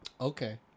Okay